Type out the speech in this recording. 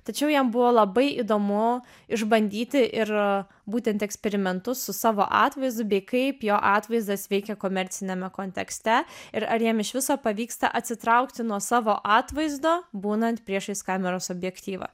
tačiau jam buvo labai įdomu išbandyti ir būtent eksperimentus su savo atvaizdu bei kaip jo atvaizdas veikia komerciniame kontekste ir ar jam iš viso pavyksta atsitraukti nuo savo atvaizdo būnant priešais kameros objektyvą